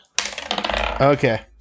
Okay